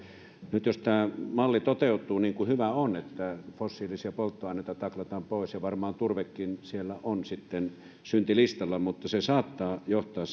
nyt jos tämä malli toteutuu niin kuin hyvä on että fossiilisia polttoaineita taklataan pois ja varmaan turvekin sitten on siellä syntilistalla niin se saattaa johtaa